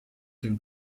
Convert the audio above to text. dem